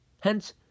Hence